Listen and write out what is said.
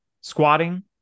squatting